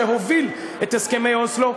שהוביל את הסכמי אוסלו,